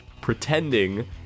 pretending